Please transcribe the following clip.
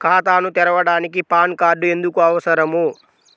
ఖాతాను తెరవడానికి PAN card ఎందుకు అవసరము?